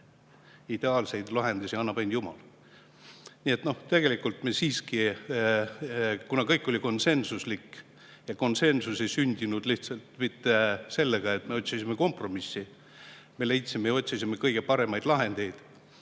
ideaalseid lahendusi annab ainult jumal. Tegelikult, siiski, kuna kõik oli konsensuslik ja konsensus ei sündinud lihtsalt mitte sellega, et me otsisime kompromissi, me leidsime ja otsisime kõige paremaid lahendeid.